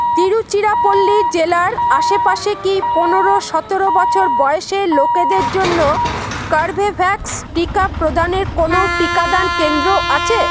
তিরুচিরাপল্লি জেলার আশেপাশে কি পনেরো সতেরো বছর বয়েসের লোকেদের জন্য কার্বেভ্যাক্স টিকা প্রদানের কোনও টিকাদান কেন্দ্র আছে